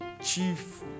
chief